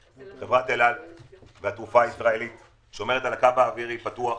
חברת אל על וחברות התעופה הישראליות ששומרת על הקו האווירי פתוח,